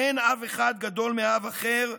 אין אב אחד גדול מאב אחר,